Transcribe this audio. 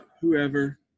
whoever